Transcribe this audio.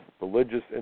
religious